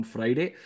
Friday